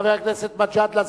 חבר הכנסת מג'אדלה,